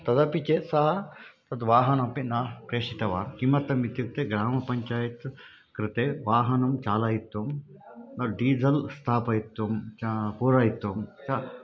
तदपि चेत् सः तद् वाहनमपि न प्रेषितवान् किमर्थम् इत्युक्ते ग्रामपञ्चायत् कृते वाहनं चालयितुं न डीज़ल् स्थापयितुं च पूरयितुं च